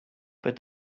but